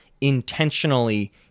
intentionally